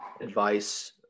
advice